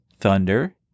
Thunder